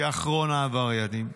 כאחרון העבריינים.